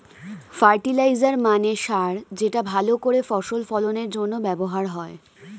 fertiliser মানে সার যেটা ভালো করে ফসল ফলনের জন্য ব্যবহার হয়